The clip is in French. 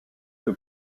que